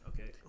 Okay